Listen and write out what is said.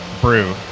brew